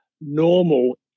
normal